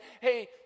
hey